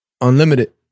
Unlimited